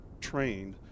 trained